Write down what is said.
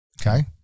Okay